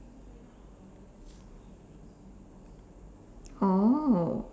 oh